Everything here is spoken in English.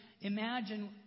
imagine